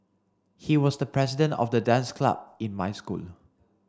he was the president of the dance club in my school